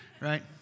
right